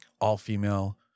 all-female